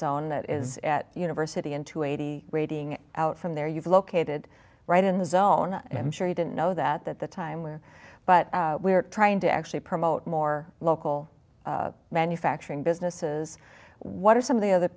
zone that is at university in two eighty rating out from there you've located right in the zone and sure you didn't know that that the time where but we're trying to actually promote more local manufacturing businesses what are some of the other